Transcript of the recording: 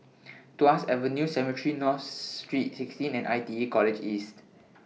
Tuas Avenue Cemetry North St sixteen and ITE College East